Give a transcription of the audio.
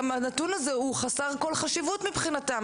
גם הנתון הזה הוא חסר כל חשיבות מבחינתם,